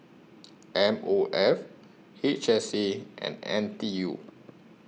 M O F H S A and N T U